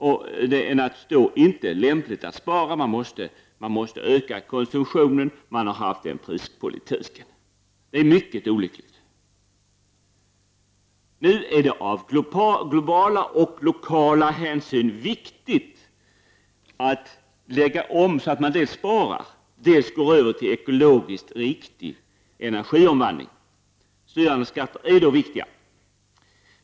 Då är det naturligtvis inte lämpligt att spara; man måste i stället öka konsumtionen. Det är den prispolitiken som har bedrivits. Det är mycket olyckligt. Nu är det av globala och lokala hänsyn viktigt att lägga om politiken, så att man dels sparar, dels går över till ekologiskt riktig energiomvandling. Styrande skatter är då viktiga.